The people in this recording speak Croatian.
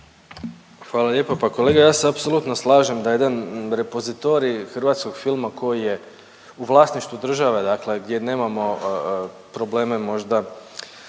Hvala lijepo. Pa kolega ja se apsolutno slažem da jedan repozitorij hrvatskog filma koji je u vlasništvu države, dakle gdje nemamo probleme možda